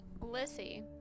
Lissy